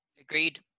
Agreed